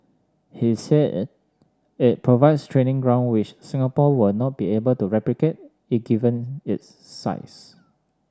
he said it provides training ground which Singapore will not be able to replicate it given its size